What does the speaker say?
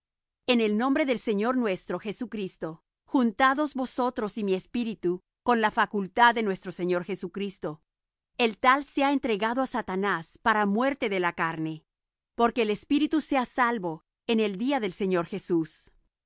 en el nombre del señor nuestro jesucristo juntados vosotros y mi espíritu con la facultad de nuestro señor jesucristo el tal sea entregado á satanás para muerte de la carne porque el espíritu sea salvo en el día del señor jesús